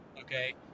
Okay